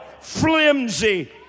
flimsy